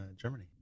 Germany